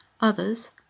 Others